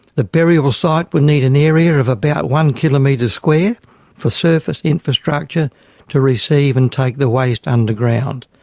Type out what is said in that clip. the burial site would need an area of about one kilometre square for surface infrastructure to receive and take the waste underground.